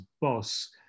boss